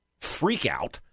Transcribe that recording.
freakout